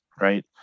right